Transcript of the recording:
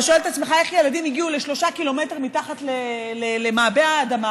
אתה שואל את עצמך: איך ילדים הגיעו ל-3 קילומטרים מתחת למעבה האדמה?